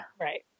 Right